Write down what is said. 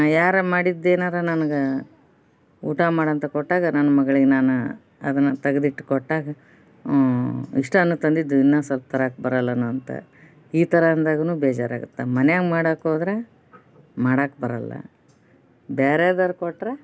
ಯಾರೋ ಮಾಡಿದ್ದು ಏನಾರೂ ನನ್ಗೆ ಊಟ ಮಾಡು ಅಂತ ಕೊಟ್ಟಾಗ ನನ್ನ ಮಗ್ಳಿಗೆ ನಾನು ಅದನ್ನು ತಗ್ದು ಇಟ್ಟು ಇಷ್ಟೇ ಏನು ತಂದಿದ್ದು ಇನ್ನೂ ಸಲ್ಪ ತರಕ್ಕ ಬರಲ್ಲೇನು ಅಂತ ಈ ಥರ ಅಂದಾಗನೂ ಬೇಜಾರಾಗತ್ತೆ ಮನ್ಯಾಗ ಮಾಡಕ್ಕೋದರೆ ಮಾಡಕ್ಕೆ ಬರೋಲ್ಲ ಬೇರೆದೋರು ಕೊಟ್ಟರೆ